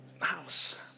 house